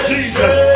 Jesus